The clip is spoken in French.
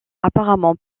apparemment